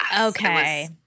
Okay